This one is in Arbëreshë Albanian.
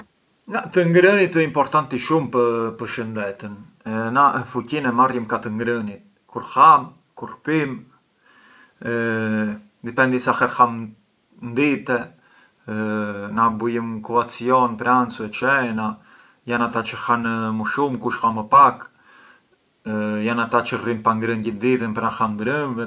Të ngrënit ë importanti shumë pë shëndetën, fuqin na e marrjëm ka të ngrënit, kur ham, kur pimë, dipendi sa herë ham ndite, na bujëm kulacjon, pranzu e cena, jan ata çë han më shumë, ata çë han më pak, jan ata çë rrinë pa ngrënë gjith ditën e pran han mbrenvët.